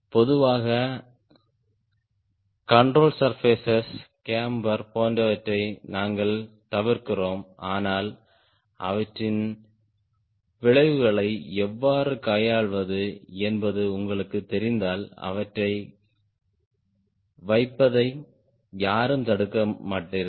பொதுவாக control surfaces camber போன்றவற்றை நாங்கள் தவிர்க்கிறோம் ஆனால் அவற்றின் விளைவுகளை எவ்வாறு கையாள்வது என்பது உங்களுக்குத் தெரிந்தால் அவற்றை வைப்பதை யாரும் தடுக்க மாட்டார்கள்